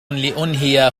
لأنهي